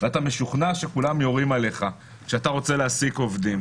ואתה משוכנע שכולם יורים עליך כשאתה רוצה להעסיק עובדים,